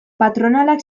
patronalak